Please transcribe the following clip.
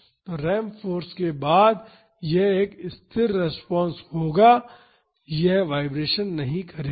तो ramp force के बाद यह एक स्थिर रिस्पांस होगा यह वाईब्रेशन नहीं करेगा